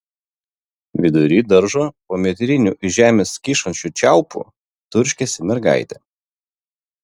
vidury daržo po metriniu iš žemės kyšančiu čiaupu turškėsi mergaitė